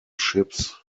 ships